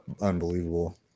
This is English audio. unbelievable